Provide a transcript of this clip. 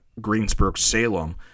Greensburg-Salem